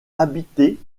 habité